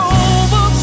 over